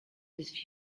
these